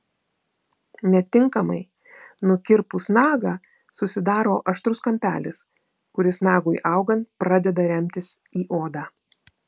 netinkamai nukirpus nagą susidaro aštrus kampelis kuris nagui augant pradeda remtis į odą